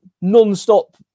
non-stop